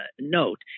note